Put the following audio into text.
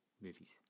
movies